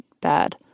bad